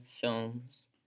films